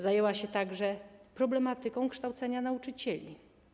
Zajęła się także problematyką kształcenia nauczycieli.